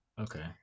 okay